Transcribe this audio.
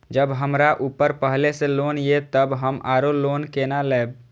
जब हमरा ऊपर पहले से लोन ये तब हम आरो लोन केना लैब?